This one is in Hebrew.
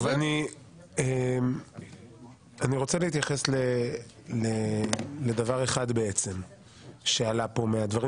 אני רוצה להתייחס לדבר אחד שעלה כאן מהדברים